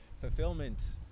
fulfillment